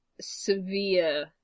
severe